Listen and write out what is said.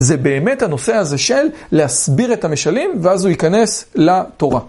זה באמת הנושא הזה של להסביר את המשלים ואז הוא ייכנס לתורה.